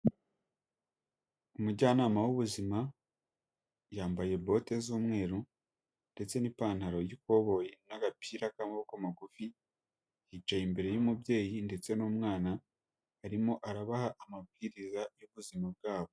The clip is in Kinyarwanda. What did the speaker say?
Umujyanama w'ubuzima yambaye bote z'umweru ndetse n'ipantaro y'ikoboyi n'agapira k'amaboko magufi, yicaye imbere y'umubyeyi ndetse n'umwana, arimo arabaha amabwiriza y'ubuzima bwabo.